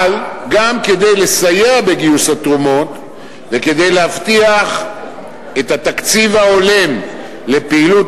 אבל גם כדי לסייע בגיוס התרומות וכדי להבטיח את התקציב ההולם לפעילות